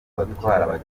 batwara